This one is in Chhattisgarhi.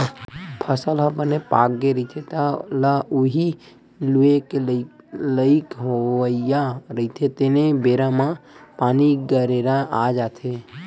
फसल ह बने पाकगे रहिथे, तह ल उही लूए के लइक होवइया रहिथे तेने बेरा म पानी, गरेरा आ जाथे